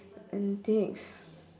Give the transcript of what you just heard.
antics